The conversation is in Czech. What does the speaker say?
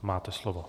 Máte slovo.